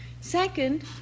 Second